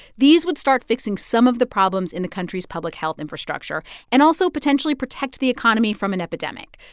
these would start fixing some of the problems in the country's public health infrastructure and also potentially protect the economy from an epidemic.